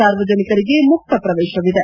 ಸಾರ್ವಜನಿಕರಿಗೆ ಮುಕ್ತ ಪ್ರವೇಶವಿದೆ